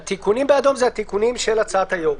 התיקונים באדום הם התיקונים של הצעת היושב-ראש.